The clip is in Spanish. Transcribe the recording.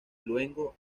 luengo